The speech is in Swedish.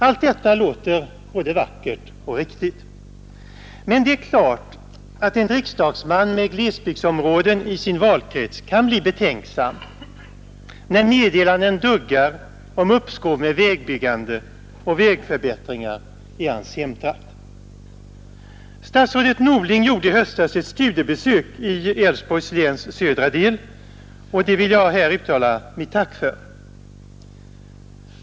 Allt detta låter både vackert och riktigt, men det är klart att en riksdagsman med glesbygdsområden i sin valkrets kan bli betänksam när meddelanden duggar ned om uppskov med vägbyggande och vägförbättringar i hans hemtrakt. Statsrådet Norling gjorde i höstas ett studiebesök i Älvsborgs läns södra del, och jag vill här uttala mitt tack för det.